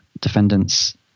defendants